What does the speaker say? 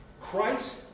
Christ